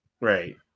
right